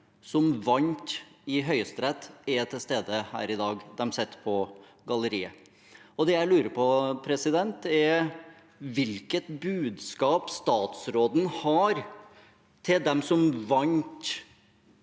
som vant i Høyesterett, er til stede her i dag. De sitter på galleriet. Det jeg lurer på, er hvilket budskap statsråden har til dem som vant